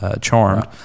Charmed